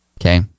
okay